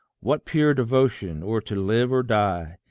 what pure devotion, or to live or die!